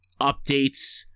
updates